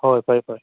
ꯍꯣꯏ ꯐꯔꯦ ꯐꯔꯦ